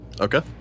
Okay